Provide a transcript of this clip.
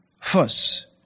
First